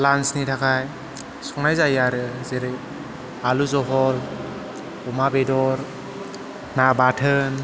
लान्सनि थाखाय संनाय जायो आरो जेरै आलु जहल अमा बेदर ना बाथोन